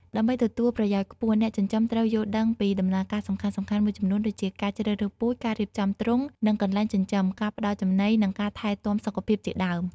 ដើម្បីទទួលប្រយោជន៍ខ្ពស់ អ្នកចិញ្ចឹមត្រូវយល់ដឹងពីដំណើរការសំខាន់ៗមួយចំនួនដូចជា ការជ្រើសរើសពូជ ការរៀបចំទ្រុង និងកន្លែងចិញ្ចឹម ការផ្តល់ចំណី និងការថែទាំសុខភាពជាដើម។